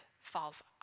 falls